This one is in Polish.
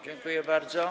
Dziękuję bardzo.